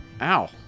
ow